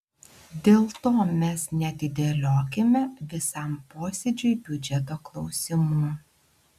dėl to mes neatidėliokime visam posėdžiui biudžeto klausimų